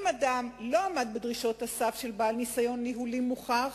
אם אדם לא עמד בדרישות הסף של בעל ניסיון ניהולי מוכח,